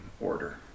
order